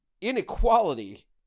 inequality